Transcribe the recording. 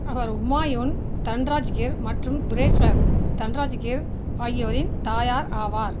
அவர் ஹுமாயூன் தன்ராஜ்கிர் மற்றும் துரேஷ்வர் தன்ராஜ்கிர் ஆகியோரின் தாயார் ஆவார்